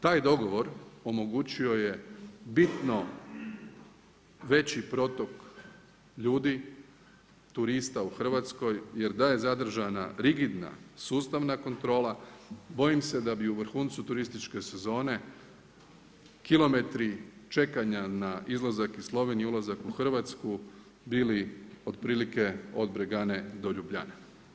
Taj dogovor omogućio je bitno veći protok ljudi, turista u Hrvatskoj jer da je zadržana rigidna sustavna kontrola, bojim se da bi u vrhuncu turističke sezone kilometri čekanja na izlazak iz Slovenije i ulazak u Hrvatsku, bili otprilike od Bregane do Ljubljane.